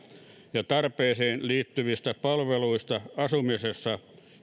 ja tarpeeseen liittyvistä palveluista asumisessa